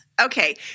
Okay